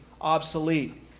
obsolete